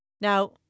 Now